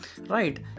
Right